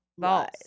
False